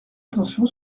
attention